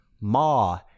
Ma